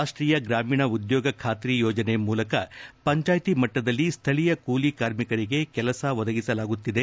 ರಾಷ್ಟೀಯ ಗ್ರಾಮೀಣ ಉದ್ಯೋಗ ಬಾತ್ರಿ ಯೋಜನೆ ಮೂಲಕ ಪಂಚಾಯಿತಿ ಮಟ್ಟದಲ್ಲಿ ಸ್ಥಳೀಯ ಕೂಲಿ ಕಾರ್ಮಿಕರಿಗೆ ಕೆಲಸ ಒದಗಿಸಲಾಗುತ್ತಿದೆ